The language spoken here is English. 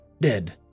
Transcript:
dead